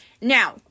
Now